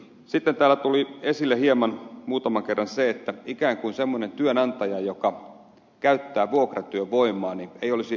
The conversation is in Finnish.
sitten täällä tuli esille hieman muutaman kerran se että ikään kuin semmoinen työnantaja joka käyttää vuokratyövoimaa ei olisi rehellinen